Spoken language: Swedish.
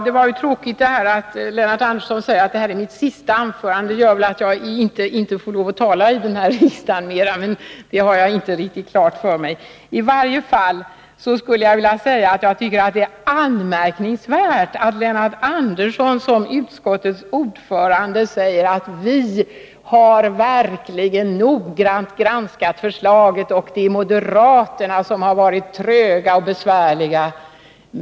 Det var tråkigt att Lennart Andersson sade att det var mitt sista anförande. Det skulle innebära att jag inte får lov att tala mer i denna riksdag, men jag har inte riktigt klart för mig vad han därmed avser. Det är anmärkningsvärt att Lennart Andersson som utskottets ordförande säger: Vi har verkligen noggrant granskat förslaget, och det är moderaterna som har varit tröga och besvärliga.